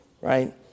right